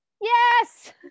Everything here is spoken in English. Yes